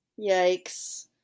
Yikes